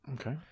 okay